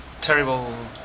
terrible